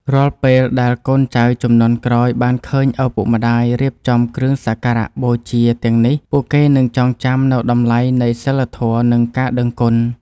រាល់ពេលដែលកូនចៅជំនាន់ក្រោយបានឃើញឪពុកម្តាយរៀបចំគ្រឿងសក្ការបូជាទាំងនេះពួកគេនឹងចងចាំនូវតម្លៃនៃសីលធម៌ និងការដឹងគុណ។